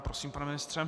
Prosím, pane ministře.